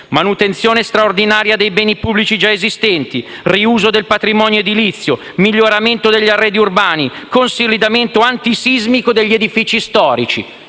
manutenzione straordinaria dei beni pubblici già esistenti, riuso del patrimonio edilizio, miglioramento degli arredi urbani, consolidamento antisismico degli edifici storici.